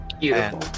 beautiful